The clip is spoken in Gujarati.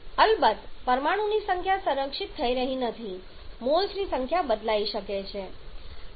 પરંતુ અલબત્ત પરમાણુની સંખ્યા સંરક્ષિત થઈ રહી નથી મોલ્સની સંખ્યા બદલાઈ શકે છે